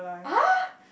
!huh!